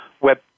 web